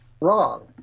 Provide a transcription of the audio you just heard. wrong